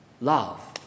love